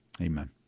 amen